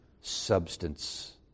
substance